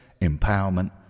empowerment